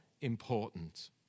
important